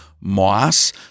Moss